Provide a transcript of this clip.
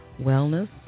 Wellness